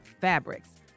Fabrics